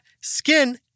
skin